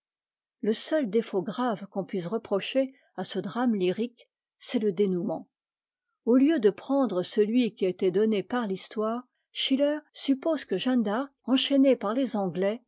le seul défaut grave qu'on puisse reprocher à ce drame lyrique c'est le dénoûment au lieu de prendre celui qui était donné par l'histoire schitler suppose que jeanne d'arc enchaînée par les anglais